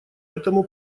этому